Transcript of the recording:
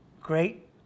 great